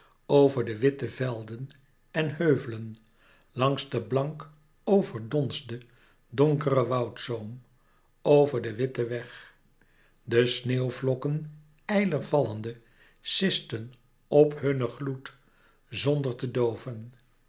over de witte velden en heuvelen langs den blank overdonsden donkeren woudzoom over den witten weg de sneeuwvlokken ijler vallende sisten op hunnen gloed zonder te dooven